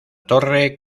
torre